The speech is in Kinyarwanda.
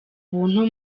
buntu